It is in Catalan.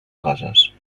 coses